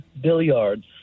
billiards